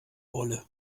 wolle